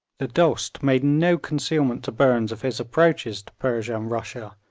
the dost made no concealment to burnes of his approaches to persia and russia,